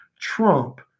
Trump